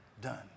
done